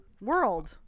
world